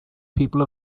people